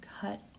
cut